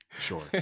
Sure